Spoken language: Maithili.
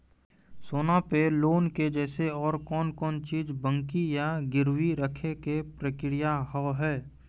सोना पे लोन के जैसे और कौन कौन चीज बंकी या गिरवी रखे के प्रक्रिया हाव हाय?